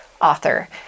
author